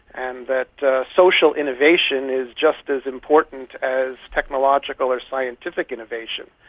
and that social innovation is just as important as technological or scientific innovation.